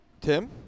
Tim